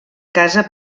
casa